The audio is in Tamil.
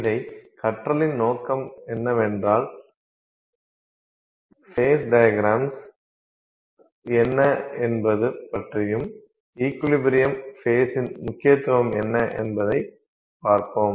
இதை கற்றலின் நோக்கம் என்னவென்றால் ஃபேஸ் டையக்ரம்ஸ் என்ன என்பது பற்றியும் இக்விலிபெரியம் ஃபேஸின் முக்கியத்துவம் என்ன என்பதையும் பார்ப்போம்